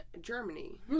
Germany